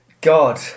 God